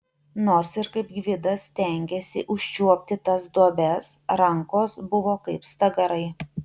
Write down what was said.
nors ir kaip gvidas stengėsi užčiuopti tas duobes rankos buvo kaip stagarai